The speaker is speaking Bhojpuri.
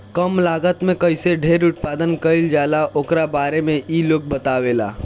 कम लागत में कईसे ढेर उत्पादन कईल जाला ओकरा बारे में इ लोग बतावेला